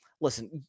Listen